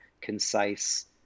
concise